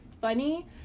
funny